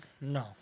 No